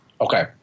Okay